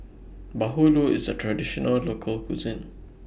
Bahulu IS A Traditional Local Cuisine